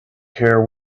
care